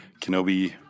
Kenobi